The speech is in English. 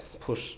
push